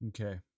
Okay